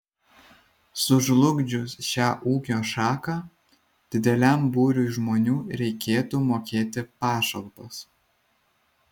sužlugdžius šią ūkio šaką dideliam būriui žmonių reikėtų mokėti pašalpas